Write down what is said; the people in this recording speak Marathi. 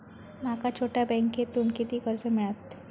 माका छोट्या बँकेतून किती कर्ज मिळात?